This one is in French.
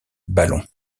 ballon